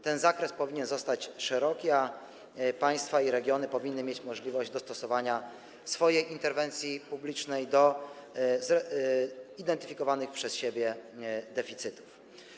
Ten zakres powinien zostać szeroki, a państwa i regiony powinny mieć możliwość dostosowania swojej interwencji publicznej do zidentyfikowanych przez siebie deficytów.